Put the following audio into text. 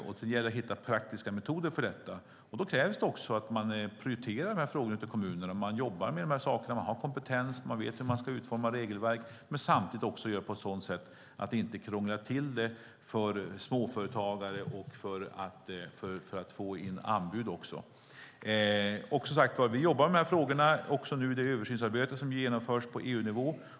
Sedan gäller det att hitta praktiska metoder för detta, och då krävs det också att man prioriterar frågorna ute i kommunerna, att man jobbar med dem, har kompetensen och vet hur man ska utforma regelverk men samtidigt också gör på ett sådant sätt att det inte krånglar till det för småföretagare och för att få in anbud. Vi jobbar som sagt med de här frågorna i det översynsarbete som genomförs på EU-nivå.